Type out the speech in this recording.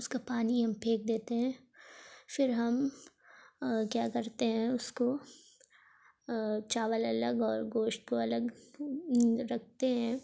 اس کا پانی ہم پھینک دیتے ہیں پھر ہم کیا کرتے ہیں اس کو چاول الگ اور گوشت کو الگ رکھتے ہیں